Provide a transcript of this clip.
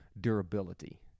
durability